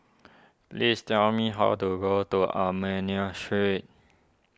please tell me how to go to Armenian Street